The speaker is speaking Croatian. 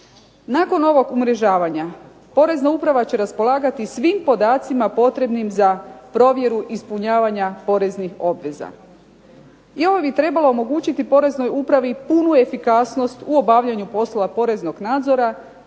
Nakon ovog umrežavanja, Porezna uprava će raspolagati svim podacima potrebnim za provjeru ispunjavanja poreznih obveza, i ovo bi trebalo omogućiti Poreznoj upravi punu efikasnost u obavljanju poslova poreznog nadzora,